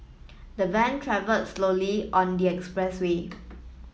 the van travelled slowly on the expressway